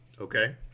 okay